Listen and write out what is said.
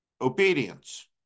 Obedience